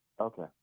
Okay